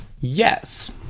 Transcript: yes